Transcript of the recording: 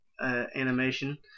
animation